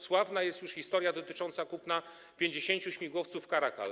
Sławna jest już historia dotycząca kupna 50 śmigłowców Caracal.